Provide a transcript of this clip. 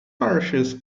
parishes